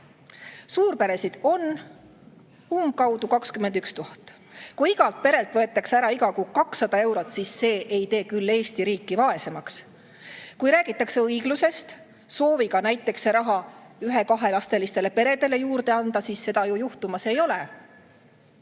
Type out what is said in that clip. Suurperesid on umbkaudu 21 000. Kui igalt perelt võetakse ära iga kuu 200 eurot, siis see ei tee küll Eesti riiki [rikkamaks]. Kui räägitakse õiglusest, sooviga näiteks see raha ühe- ja kahelapselistele peredele juurde anda, siis seda ju juhtumas ei ole.